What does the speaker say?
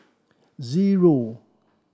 zero